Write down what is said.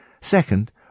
Second